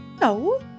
no